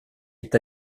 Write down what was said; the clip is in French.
est